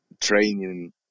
training